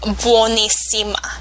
buonissima